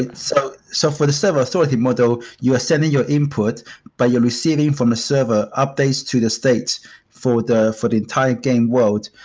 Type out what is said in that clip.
and so so for the server authoritative model, you are sending your input but you're receiving from the server updates to the state for the for the entire game world.